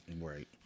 Right